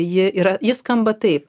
ji yra ji skamba taip